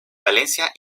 valencia